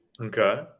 Okay